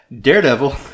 Daredevil